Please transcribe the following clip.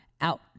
out